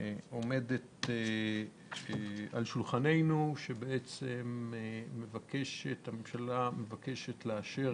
שעומדת על שולחננו שבה הממשלה מבקשת לאשר